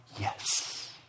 yes